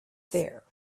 there